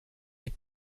les